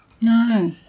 No